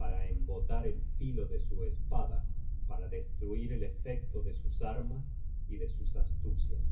para embotar el filo de su espada para destruir el efecto de sus armas y de sus astucias